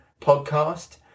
podcast